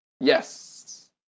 Yes